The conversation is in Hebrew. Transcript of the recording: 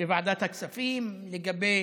בוועדת הכספים, לגבי